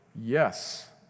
Yes